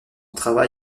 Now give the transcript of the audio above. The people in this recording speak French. travail